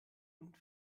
und